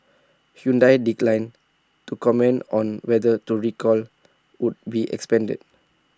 Hyundai declined to comment on whether to recall would be expanded